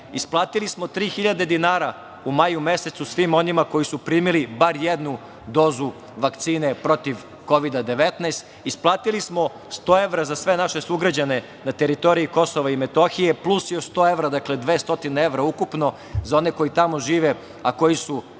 Isplatili smo tri hiljade dinara u maju mesecu svim onima koji su primili bar jednu dozu vakcine protiv Kovida-19. Isplatili smo sto evra za sve naše sugrađane na teritoriji Kosova i Metohije, plus sto evra, dakle, 200 evra ukupno za one koji tamo žive, a koji su